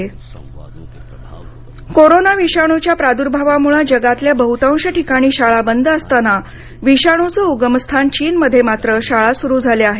चीन शाळा कोरोना विषाणूच्या प्रादुर्भावामुळे जगातल्या बहुतांश ठिकाणी शाळा बंद असताना विषाणूचं उगमस्थान चीनमध्ये मात्र शाळा सुरू झाल्या आहेत